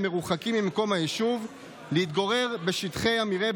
אני מתכבד לנמק את הצעת החוק להסדרת המגורים בשטחי מרעה,